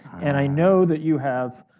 and i know that you have,